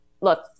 look